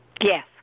Yes